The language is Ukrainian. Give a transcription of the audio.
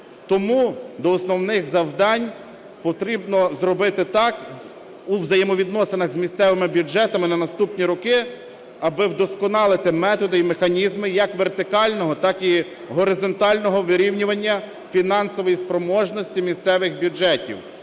тому до основних завдань потрібно зробити так, у взаємовідносинах з місцевими бюджетами на наступні роки, аби вдосконалити методи і механізми як вертикального, так і горизонтального вирівнювання фінансової спроможності місцевих бюджетів.